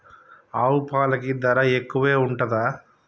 ఆవు పాలకి ధర ఎక్కువే ఉంటదా?